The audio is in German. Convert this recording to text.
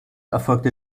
erfolgte